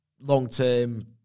long-term